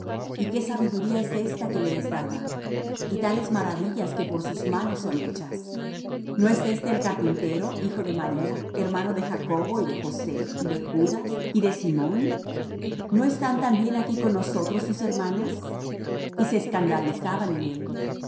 y qué sabiduría es ésta que le es dada y tales maravillas que por sus manos son hechas no es éste el carpintero hijo de maría hermano de jacobo y de josé y de judas y de simón no están también aquí con nosotros sus hermanas y se escandalizaban en él